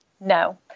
No